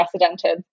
precedented